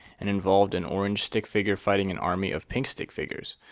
and involved an orange stick figure fighting an army of pink stick figures.